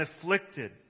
afflicted